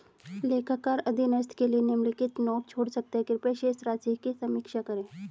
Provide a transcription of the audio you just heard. लेखाकार अधीनस्थ के लिए निम्नलिखित नोट छोड़ सकता है कृपया शेष राशि की समीक्षा करें